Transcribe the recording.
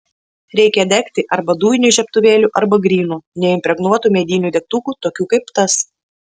reikia degti arba dujiniu žiebtuvėliu arba grynu neimpregnuotu mediniu degtuku tokiu kaip tas